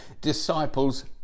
disciples